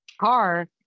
car